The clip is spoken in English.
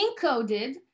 encoded